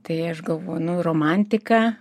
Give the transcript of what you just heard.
tai aš galvoju nu romantika